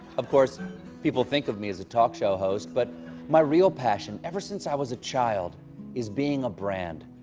of course people think of me as a talk show host but my real passion ever since i was a child is being a brand.